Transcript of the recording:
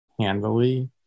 handily